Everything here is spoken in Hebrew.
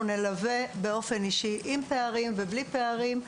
אנחנו נלווה באופן אישי, עם פערים ובלי פערים.